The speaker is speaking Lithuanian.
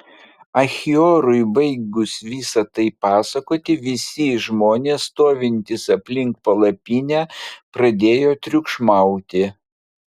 achiorui baigus visa tai pasakoti visi žmonės stovintys aplink palapinę pradėjo triukšmauti